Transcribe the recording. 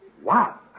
Wow